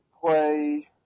play